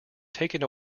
taken